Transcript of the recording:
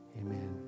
Amen